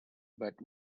but